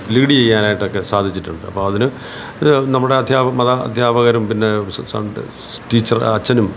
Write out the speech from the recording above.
lead ചെയ്യാനയിട്ടൊക്കെ സാധിച്ചിട്ടുണ്ട് അപ്പോൾ അതിന് നമ്മുടെ അധ്യാപകരും മത അധ്യാപകരും പിന്നെ സൺ ഡേ ടീച്ചർ അച്ഛനും